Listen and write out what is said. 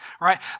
right